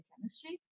chemistry